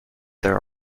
there